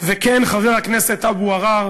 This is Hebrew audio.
וכן, חבר הכנסת אבו עראר,